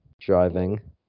driving